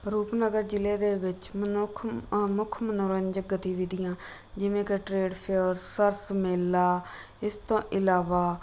ਰੂਪਨਗਰ ਜ਼ਿਲ੍ਹੇ ਦੇ ਵਿੱਚ ਮਨੁੱਖ ਮੁੱਖ ਮਨੋਰੰਜਕ ਗਤੀਵਿਧੀਆਂ ਜਿਵੇਂ ਕਿ ਟਰੇਡ ਫੇਅਰ ਸਰਸ ਮੇਲਾ ਇਸ ਤੋਂ ਇਲਾਵਾ